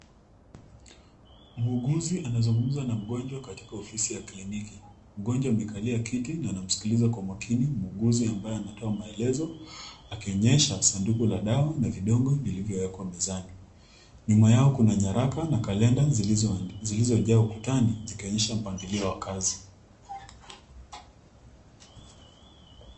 Muuguzi anazungumza na mgonjwa katika ofisi ya kliniki. Mgonjwa amekalia kiti na anamsikiliza kwa maakini muuguzi ambaye anatoa maelezo, akionyesha sanduku la dawa na vidongo zilizowekwa mezani. Nyuma yao kuna nyaraka na kalenda zilizojaa ukutani zikionyesha mpangilio wa kazi.